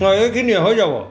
অঁ এইখিনিয়ে হৈ যাব